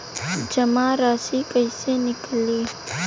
जमा राशि कइसे निकली?